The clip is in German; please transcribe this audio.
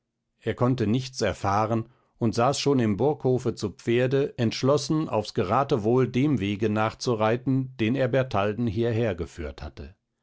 er konnte nichts erfahren und saß schon im burghofe zu pferde entschlossen aufs geratewohl dem wege nachzureiten den er bertalden hierher geführt hatte